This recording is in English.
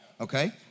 okay